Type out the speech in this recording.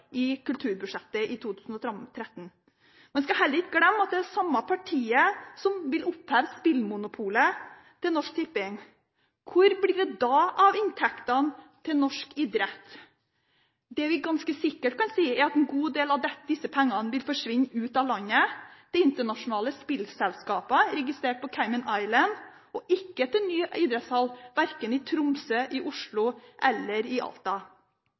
i kulturbudsjettet i 2013. Man skal heller ikke glemme at det er det samme partiet som vil oppheve spillmonopolet til Norsk Tipping. Hvor blir det da av inntektene til norsk idrett? Det vi ganske sikkert kan si, er at en god del av disse pengene vil forsvinne ut av landet til internasjonale spillselskaper registrert på Cayman Islands, og ikke til ny idrettshall verken i Tromsø, i Oslo eller i Alta.